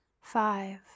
five